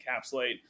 encapsulate